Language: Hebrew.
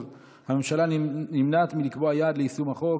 הממשלה נמנעת מלקבוע יעד ליישום החוק.